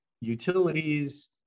utilities